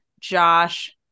Josh